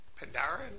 pandaren